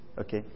Okay